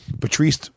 Patrice